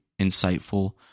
insightful